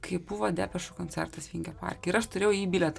kai buvo depešų koncertas vingio parke ir aš turėjau į jį bilietą